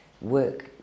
work